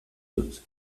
dut